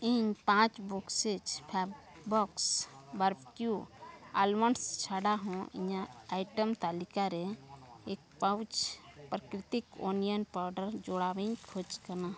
ᱤᱧ ᱯᱟᱸᱪ ᱵᱚᱠᱥᱮᱥ ᱯᱷᱮᱵᱚᱠᱥ ᱵᱟᱨᱵᱽᱠᱤᱭᱩ ᱟᱞᱢᱚᱱᱰᱥ ᱪᱷᱟᱲᱟ ᱦᱚᱸ ᱤᱧᱟᱹᱜ ᱟᱭᱴᱮᱢ ᱛᱟᱞᱤᱠᱟᱨᱮ ᱮᱠ ᱯᱟᱣᱩᱪ ᱯᱨᱟᱠᱨᱤᱛᱤᱠ ᱚᱱᱤᱭᱚᱱ ᱯᱟᱣᱰᱟᱨ ᱡᱚᱲᱟᱣᱤᱧ ᱠᱷᱚᱡᱽ ᱠᱟᱱᱟ